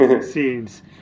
scenes